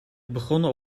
begonnen